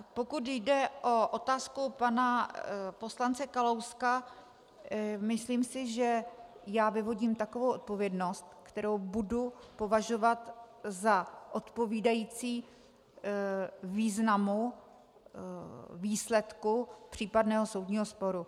Pokud jde o otázku pana poslance Kalouska, myslím si, že já vyvodím takovou odpovědnost, kterou budu považovat za odpovídající významu výsledku případného soudního sporu.